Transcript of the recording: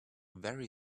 very